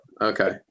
Okay